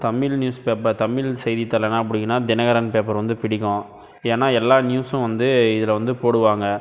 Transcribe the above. Tamil newspaper Tamil செய்தித்தாளில் என்ன பிடிக்கும்னா தினகரன் பேப்பர் வந்து பிடிக்கும் ஏன்னால் எல்லா நியூஸும் வந்து இதில் வந்து போடுவாங்க